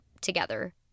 together